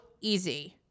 easy